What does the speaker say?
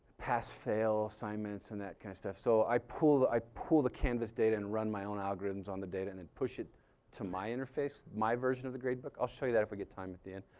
pass fail assignments and that kind of stuff so i pull, i pull the canvas data and run my own algorithms on the data and and push it to my interface, my version of the grade book, i'll show you that if we get time at the end.